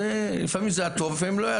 לפעמים זה היה טוב ולפעמים לא.